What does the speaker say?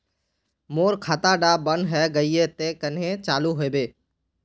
मोर खाता डा बन है गहिये ते कन्हे चालू हैबे?